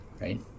right